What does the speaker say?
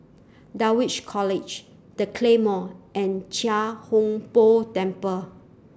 Dulwich College The Claymore and Chia Hung Boo Temple